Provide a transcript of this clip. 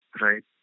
right